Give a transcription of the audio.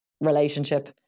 relationship